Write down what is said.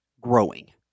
growing